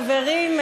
חברים,